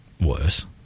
worse